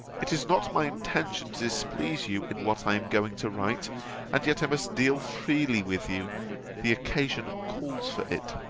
it is not my intention to displease you in what i am going to write and yet i must deal freely with you the occasion calls for it.